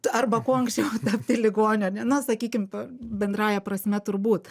arba kuo anksčiau tapti ligoniu ar ne na sakykim ta bendrąja prasme turbūt